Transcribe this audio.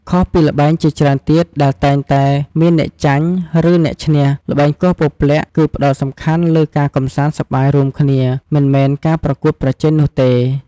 ខុសពីល្បែងជាច្រើនទៀតដែលតែងតែមានអ្នកចាញ់ ឬអ្នកឈ្នះ ល្បែងគោះពព្លាក់គឺផ្តោតសំខាន់លើ ការកម្សាន្តសប្បាយរួមគ្នា មិនមែនការប្រកួតប្រជែងនោះទេ។